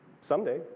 someday